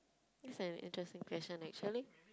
that's an interesting question actually